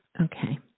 Okay